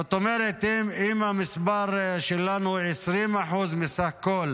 זאת אומרת, אם המספר שלנו הוא 20% מסך כל